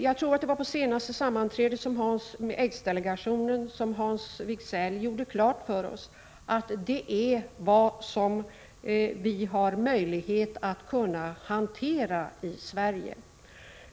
Jag tror att det var på aidsdelegationens senaste sammanträde som Hans Wigzell gjorde klart för oss att detta är vad man har möjlighet att hantera i Sverige.